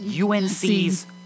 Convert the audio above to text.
UNC's